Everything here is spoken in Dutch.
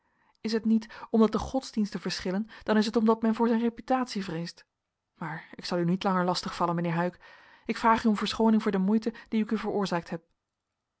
is het niet omdat de godsdiensten verschillen dan is het omdat men voor zijn reputatie vreest maar ik zal u niet langer lastig vallen mijnheer huyck ik vraag u om verschooning voor de moeite die ik u veroorzaakt heb